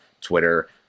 Twitter